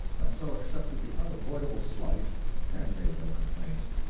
and so accepted the unavoidable slight and made no complaint.